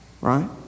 Right